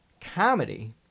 Comedy